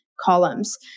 columns